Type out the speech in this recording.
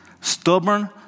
Stubborn